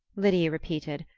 lydia repeated,